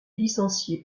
licencié